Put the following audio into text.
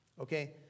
Okay